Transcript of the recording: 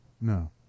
No